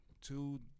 two